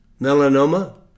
Melanoma